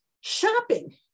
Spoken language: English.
shopping